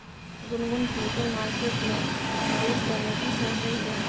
Gungun future market में निवेश करने की सोच रही है